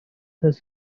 does